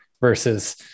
versus